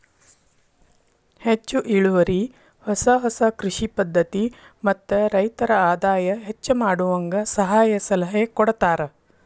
ಹೆಚ್ಚು ಇಳುವರಿ ಹೊಸ ಹೊಸ ಕೃಷಿ ಪದ್ಧತಿ ಮತ್ತ ರೈತರ ಆದಾಯ ಹೆಚ್ಚ ಮಾಡುವಂಗ ಸಹಾಯ ಸಲಹೆ ಕೊಡತಾರ